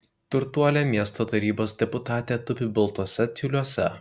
turtuolė miesto tarybos deputatė tupi baltuose tiuliuose